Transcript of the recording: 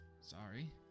Sorry